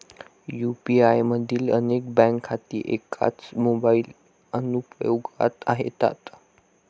UPI मधील अनेक bank खाती एकाच मोबाइल अनुप्रयोगात येतात